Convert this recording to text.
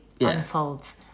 unfolds